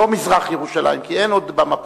לא מזרח ירושלים, כי אין עוד במפה,